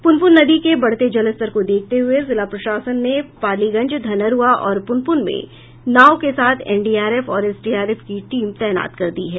पुनपुन नदी के बढ़ते जलस्तर को देखते हुए जिला प्रशासन ने पालीगंज धनरूआ और पुनपुन में नाव के साथ एनडीआरएफ और एसडीआरएफ की टीम तैनात कर दी है